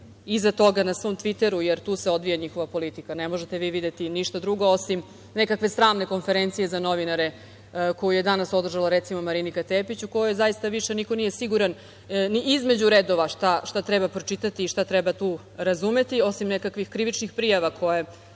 iza toga na svom Tviteru, jer tu se odvija njihova politika. Ne možete vi videti ništa drugo osim nekakve sramne konferencije za novinare koju je danas održala recimo Marinika Tepić za koju zaista više niko nije siguran ni između redova šta treba pročitati i šta treba tu razumeti, osim nekakvih krivičnih prijava koje